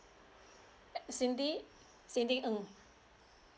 cindy cindy ng